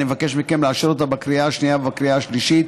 אני מבקש מכם לאשר אותה בקריאה השנייה ובקריאה השלישית.